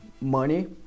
money